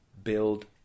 Build